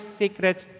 secrets